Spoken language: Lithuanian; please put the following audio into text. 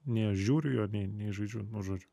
nei aš žiūriu jo nei nei žaidžiu nu žodžiu